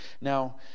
Now